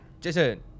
jason